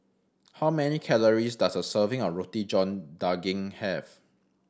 how many calories does a serving of Roti John Daging have